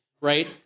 right